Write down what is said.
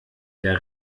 der